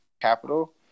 Capital